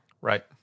Right